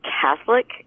Catholic